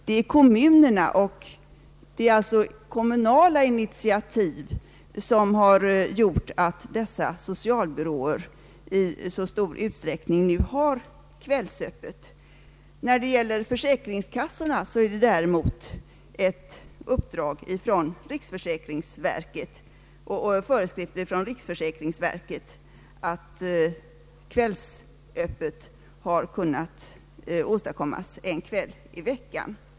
Det är alltså kommunala initiativ som har gjort att dessa socialbyråer i så stor utsträckning nu har kvällsöppet. När det gäller försäkringskassorna beror det däremot på föreskrifter från riksförsäkringsverket att kvällsöppet har kunnat åstadkommas en gång i veckan.